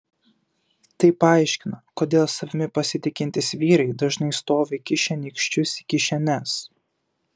tai paaiškina kodėl savimi pasitikintys vyrai dažnai stovi įkišę nykščius į kišenes